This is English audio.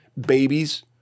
Babies